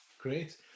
great